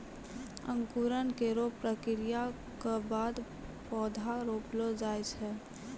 अंकुरन केरो प्रक्रिया क बाद पौधा रोपलो जाय छै